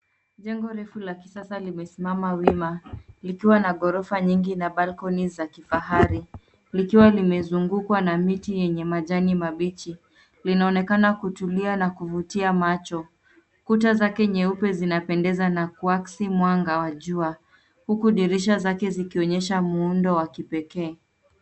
Jengo refu la kisasa limesimama wima, likiwa na gorofa nyingi na [sc] balconies [sc] za kifahari, likiwa limezungukwa namiti yenye majani mabichi, linaonekana kutulia na kuvutia macho. Kuta zake nyeupe zinapendeza na kuaksi mwanga wa jua, huku dirisha zake zikionyesha muundo wakipekee.